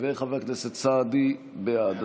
חבר הכנסת סעדי, בעד.